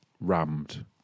rammed